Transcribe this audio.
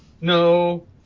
No